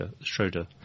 Schroeder